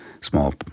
small